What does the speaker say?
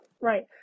Right